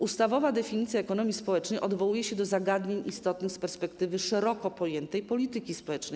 Ustawowa definicja ekonomii społecznej odwołuje się do zagadnień istotnych z perspektywy szeroko pojętej polityki społecznej.